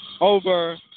over